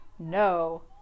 No